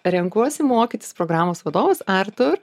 renkuosi mokyti programos vadovas artūr